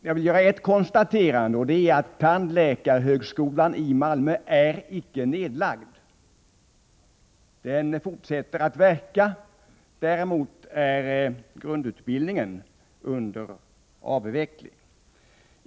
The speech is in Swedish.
jag vill göra ett konstaterande, nämligen att tandläkarhögskolan i Malmö inte är nedlagd. Den fortsätter att verka. Däremot är grundutbildningen under avveckling.